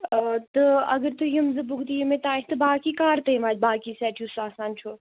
اوا تہٕ اگرتُہۍ یِم زٕ بُک دِیو مےٚ تانیٚتھ تہٕ باقٕے کَر تام آسہِ باقٕے سٮ۪ٹ یُس آسان چھُ